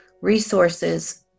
resources